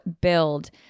build